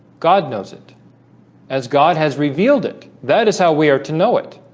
god knows it as god has revealed it that is how we are to know it